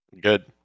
Good